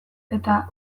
eta